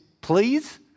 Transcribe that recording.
please